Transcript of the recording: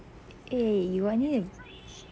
eh you got anything to